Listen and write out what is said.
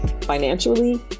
financially